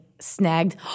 Snagged